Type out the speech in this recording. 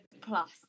plus